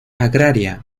agraria